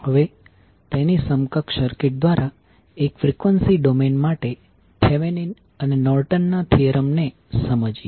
હવે તેની સમકક્ષ સર્કિટ દ્વારા એક ફ્રીક્વન્સી ડોમેઈન માટે થેવેનીન અને નોર્ટન ના થીયરમ ને સમજીએ